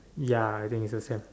ya I think it's the same